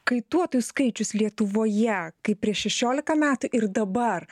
kaituotojų skaičius lietuvoje kaip prieš šešiolika metų ir dabar